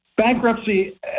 bankruptcy